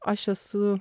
aš esu